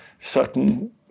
certain